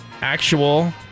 Actual